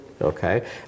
okay